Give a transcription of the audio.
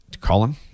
Colin